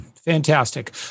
Fantastic